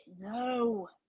No